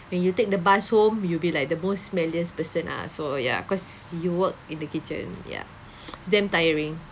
when you take the bus home you'll be like the most smelliest person ah so ya cause you work in the kitchen ya it's damn tiring